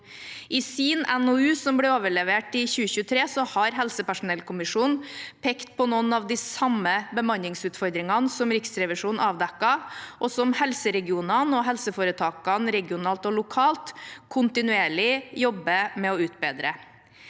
I sin NOU som ble overlevert i 2023, har helsepersonellkommisjonen pekt på noen av de samme bemanningsutfordringene som Riksrevisjonen avdekket, og som helseregionene og helseforetakene regionalt og lokalt kontinuerlig jobber med å utbedre.